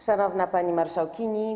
Szanowna Pani Marszałkini!